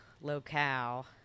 locale